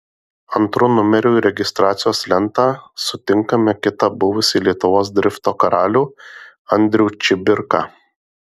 antru numeriu į registracijos lentą sutinkame kitą buvusį lietuvos drifto karalių andrių čibirką